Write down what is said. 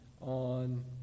on